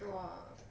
!wah!